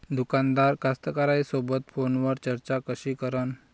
दुकानदार कास्तकाराइसोबत फोनवर चर्चा कशी करन?